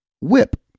whip